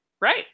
Right